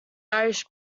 irish